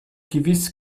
gewiss